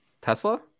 tesla